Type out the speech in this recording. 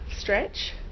stretch